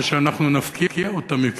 או שאנחנו נפקיע אותן מכם.